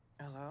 Hello